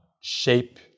shape